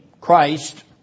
Christ